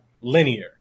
linear